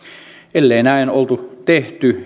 ellei näin ollut tehty